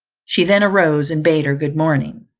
she then arose, and bade her good morning.